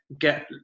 get